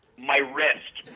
my wrist,